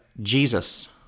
Jesus